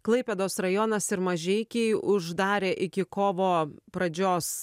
klaipėdos rajonas ir mažeikiai uždarė iki kovo pradžios